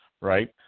right